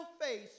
face